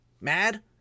Mad